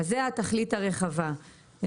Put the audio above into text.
אז זו התחליט הרחבה,